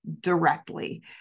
directly